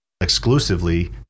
exclusively